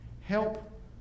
Help